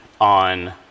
on